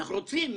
אנחנו רוצים,